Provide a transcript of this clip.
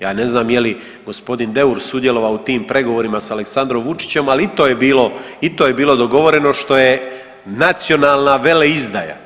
Ja ne znam je li gospodin Deur sudjelovao u tim pregovorima s Aleksandrom Vučićem, ali i to je bilo, i to je bilo dogovoreno što je nacionalna veleizdaja.